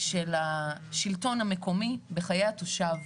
של השלטון המקומי בחיי התושב.